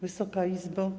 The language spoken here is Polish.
Wysoka Izbo!